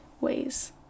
ways